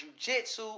jujitsu